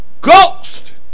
ghost